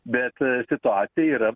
bet situacija yra